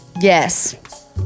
Yes